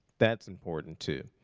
that's important too.